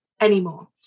anymore